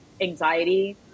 anxiety